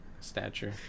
stature